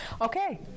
Okay